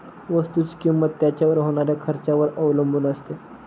वस्तुची किंमत त्याच्यावर होणाऱ्या खर्चावर अवलंबून असते